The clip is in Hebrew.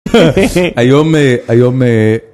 היום מ... היום מ...